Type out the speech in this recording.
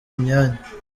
imyanya